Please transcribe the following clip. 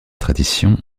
tradition